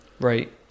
right